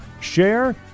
share